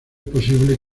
posible